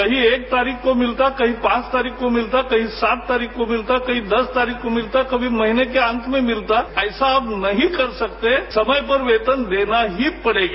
कहीं एक तारीख को मिलता कहीं पांच तारीख को मिलता कहीं सात तारीख को मिलता कहीं दस तारीख को मिलता कभी महीने के अंत में मिलता ऐसा अब नहीं कर सकते समय पर वेतन देना ही पड़ेगा